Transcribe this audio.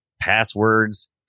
passwords